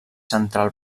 central